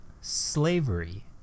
slavery